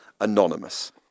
Anonymous